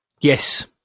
Yes